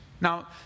Now